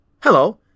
Hello